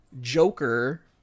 Joker